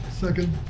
Second